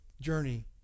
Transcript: journey